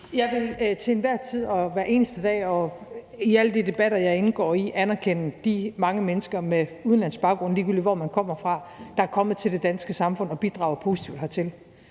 Jeg vil til enhver tid og hver eneste dag og i alle de debatter, jeg indgår i, anerkende de mange mennesker med udenlandsk baggrund, ligegyldigt hvor man kommer fra, der er kommet til det danske samfund og bidrager positivt hertil.